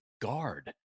guard